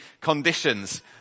conditions